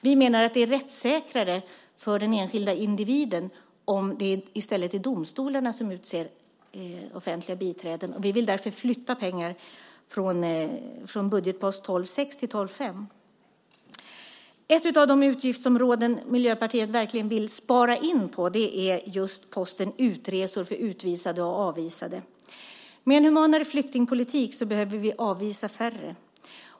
Vi menar att det är rättssäkrare för den enskilda individen om det i stället är domstolarna som utser offentliga biträden. Vi vill därför flytta pengar från budgetpost 12:6 till 12:5. Ett av de utgiftsområden som Miljöpartiet verkligen vill spara in på är just posten Utresor för avvisade och utvisade. Med en humanare flyktingpolitik behöver vi avvisa färre.